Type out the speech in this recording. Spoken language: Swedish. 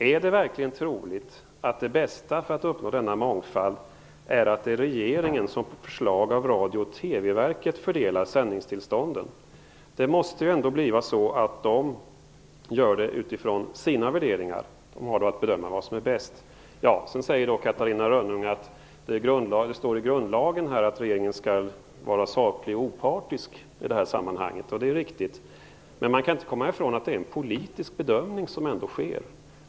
Är det verkligen troligt att det bästa för att uppnå denna mångfald är att regeringen, på förslag av Radio och TV-verket, fördelar sändningstillstånd. Det måste ju ändå bli så att den gör det utifrån sina bedömningar - den har ju att bedöma vad som är bäst. Catarina Rönnung säger att det står i grundlagen att regeringen skall vara saklig och opartisk i det här sammanhanget. Det är riktigt, men man kan ändå inte komma i från att det är en politisk bedömning som sker.